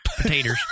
potatoes